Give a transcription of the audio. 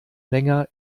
länger